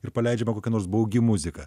ir paleidžiama kokia nors baugi muzika